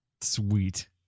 Sweet